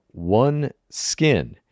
OneSkin